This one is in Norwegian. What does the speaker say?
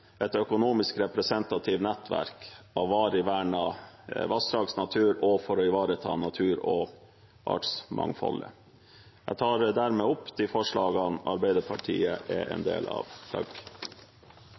et økologisk representativt nettverk av varig vernet vassdragsnatur, for å ivareta natur og artsmangfoldet. Jeg vil dermed anbefale komiteens tilråding. Det er